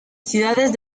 ciudades